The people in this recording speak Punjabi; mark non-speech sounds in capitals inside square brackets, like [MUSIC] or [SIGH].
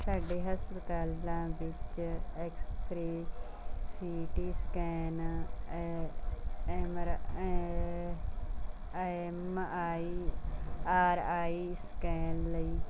ਸਾਡੇ ਹਸਪਤਾਲਾਂ ਵਿੱਚ x ray C T scan [UNINTELLIGIBLE] ਐਮਰ ਐ M I R I scan ਲਈ